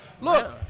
Look